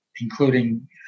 including